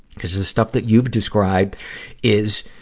cuz the stuff that you've described is,